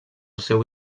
seu